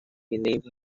believe